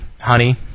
honey